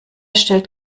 stellt